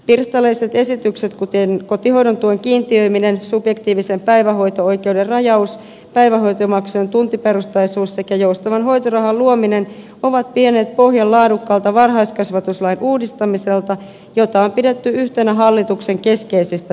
pirstaleiset esitykset kuten kotihoidon tuen kiintiöiminen subjektiivisen päivähoito oikeuden rajaus päivähoitomaksujen tuntiperusteisuus sekä joustavan hoitorahan luominen ovat vieneet pohjolan valta varhaiskasvatus lain uudistamiselta jota on pidetty yhtenä hallituksen keskeisistä